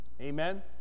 Amen